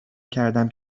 کردم